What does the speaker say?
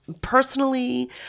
Personally